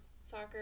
soccer